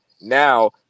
Now